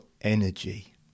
energy